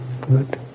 good